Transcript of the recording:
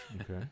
Okay